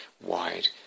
wide